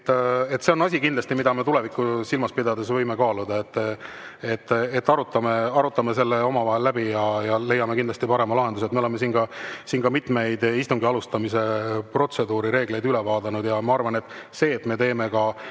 See on asi, mida me tulevikku silmas pidades võime kaaluda. Arutame selle omavahel läbi ja leiame kindlasti parema lahenduse. Me oleme siin ka mitmeid istungi alustamise protseduurireegleid üle vaadanud. Ma arvan, et see, et me teeme